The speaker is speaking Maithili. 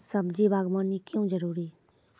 सब्जी बागवानी क्यो जरूरी?